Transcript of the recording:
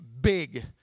big